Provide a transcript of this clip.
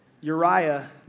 Uriah